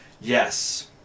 Yes